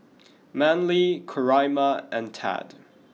Manley Coraima and Tad